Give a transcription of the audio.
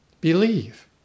Believe